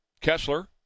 Kessler